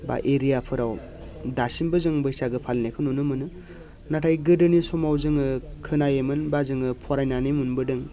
बा एरियाफोराव दासिमबो जों बैसागो फालिनायखौ नुनो मोनो नाथाय गोदोनि समाव जोङो खोनायोमोन बा जोङो फरायनानै मोनबोदों